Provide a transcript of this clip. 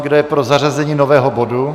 Kdo je pro zařazení nového bodu?